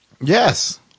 Yes